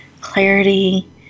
clarity